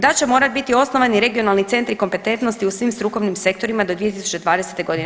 Da će morati biti osnovati regionalni centri kompetentnosti u svim strukovnim sektorima do 2020. godine.